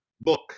book